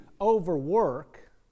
overwork